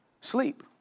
Sleep